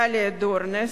דליה דורנר,